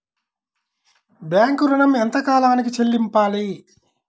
Bank ఋణం ఎంత కాలానికి చెల్లింపాలి?